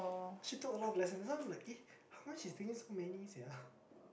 she took a lot of lessons then I'm like eh how come she taking so many sia